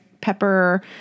pepper